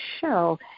show